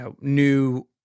new